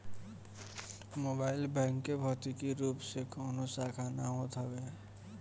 mobile bank के भौतिक रूप से कवनो शाखा ना होत हवे